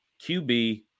QB